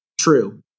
True